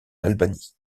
albanie